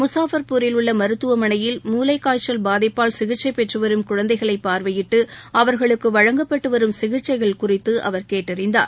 முசாஃபா்பூரில் உள்ளமருத்துவமனையில் முளைக்காய்ச்சல் பாதிப்பால் சிகிச்சைபெற்றுவரும் குழந்தைகளைபார்வையிட்டுஅவர்களுக்குவழங்கப்பட்டுவரும் சிகிச்சைகள் குறித்துஅவர் கேட்டறிந்தார்